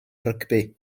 rygbi